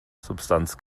substanz